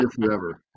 forever